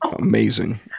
Amazing